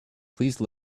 please